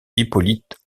hippolyte